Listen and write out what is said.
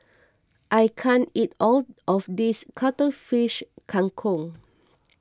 I can't eat all of this Cuttlefish Kang Kong